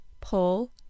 pull